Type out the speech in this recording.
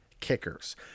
kickers